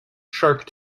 shark